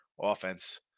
offense